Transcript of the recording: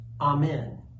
amen